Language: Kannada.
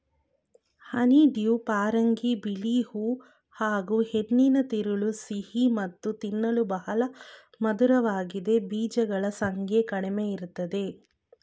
ಹನಿಡ್ಯೂ ಪರಂಗಿ ಬಿಳಿ ಹೂ ಹಾಗೂಹೆಣ್ಣಿನ ತಿರುಳು ಸಿಹಿ ಮತ್ತು ತಿನ್ನಲು ಬಹಳ ಮಧುರವಾಗಿದೆ ಬೀಜಗಳ ಸಂಖ್ಯೆ ಕಡಿಮೆಇರ್ತದೆ